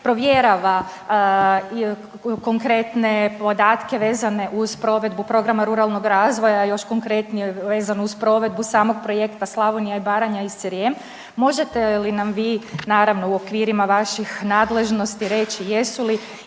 provjerava konkretne podatke vezane uz provedbu Programa ruralnog razvoja, još konkretnije vezano uz provedbu samog projekta Slavonija, Baranja i Srijem. Možete li nam vi, naravno u okvirima naših nadležnosti reći jesu li